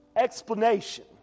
explanation